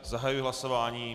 Zahajuji hlasování.